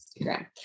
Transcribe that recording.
Instagram